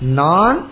non